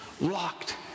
locked